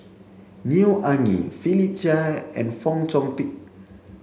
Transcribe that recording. Neo Anngee Philip Chia and Fong Chong Pik